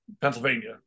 pennsylvania